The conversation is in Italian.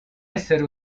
essere